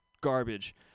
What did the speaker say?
garbage